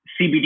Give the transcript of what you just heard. CBD